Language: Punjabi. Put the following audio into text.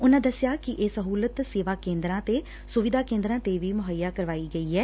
ਉਨਾਂ ਦਸਿਆ ਕਿ ਇਹ ਸਹੁਲਤ ਸੇਵਾ ਕੇਦਰਾ ਤੇ ਸੁਵਿਧਾ ਕੇਦਰਾ ਤੇ ਵੀ ਮੁਹੱਈਆ ਕਰਵਾਈ ਗਈ ਐ